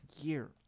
year